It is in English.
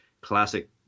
classic